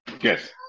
yes